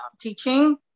teaching